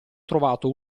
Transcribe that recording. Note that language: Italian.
trovato